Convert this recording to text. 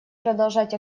продолжать